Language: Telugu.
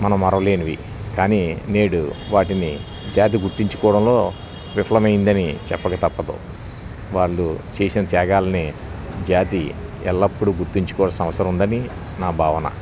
మనం మరవలేనివి కానీ నేడు వాటిని జాతి గుర్తించుకోవడంలో విఫలమైందని చెప్పక తప్పదు వాళ్ళు చేసిన త్యాగాలని జాతి ఎల్లప్పుడూ గుర్తించుకోవలసిన అవసరం ఉందని నా భావన